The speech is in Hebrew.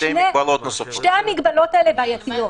שתי המגבלות האלה בעייתיות.